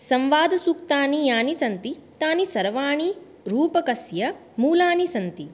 संवादसूक्तानि यानि सन्ति तानि सर्वाणि रूपकस्य मूलानि सन्ति